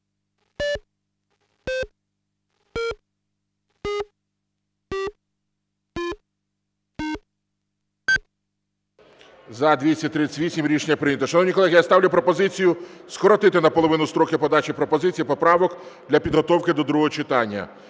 За-238 Рішення прийнято. Шановні колеги, я ставлю пропозицію скоротити наполовину строки подачі пропозицій і поправок для підготовки до другого читання